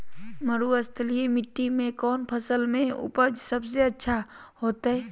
मरुस्थलीय मिट्टी मैं कौन फसल के उपज सबसे अच्छा होतय?